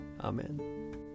Amen